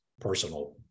personal